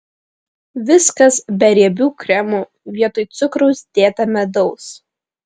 viskas be riebių kremų vietoj cukraus dėta medaus